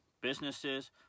businesses